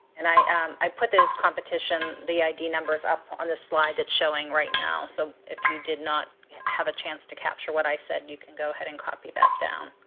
and i um i put this competition the id numbers up on the slide that's showing right now, so if you did not have a chance to capture what i said, you can go ahead and copy that down.